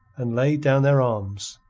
and laid down their arms.